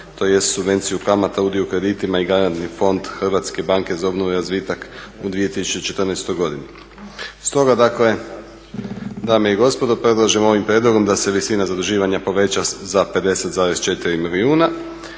tj. subvenciju kamata, udio u kreditima i garantni fond Hrvatske banke za obnovu i razvitak u 2014. godini. Stoga dakle, dame i gospodo predlažemo ovim prijedlogom da se visina zaduživanja poveća za 50,4 milijuna